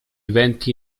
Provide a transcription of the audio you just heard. venti